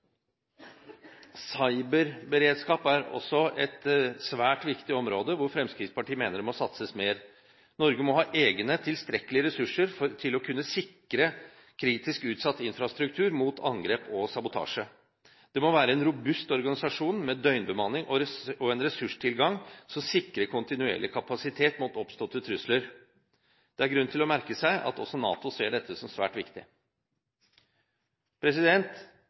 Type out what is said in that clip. er også et svært viktig område, hvor Fremskrittspartiet mener det må satses mer. Norge må ha egne tilstrekkelige ressurser til å kunne sikre kritisk utsatt infrastruktur mot angrep og sabotasje. Det må være en robust organisasjon med døgnbemanning og en ressurstilgang som sikrer kontinuerlig kapasitet mot oppståtte trusler. Det er grunn til å merke seg at også NATO ser dette som svært